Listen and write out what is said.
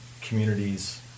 communities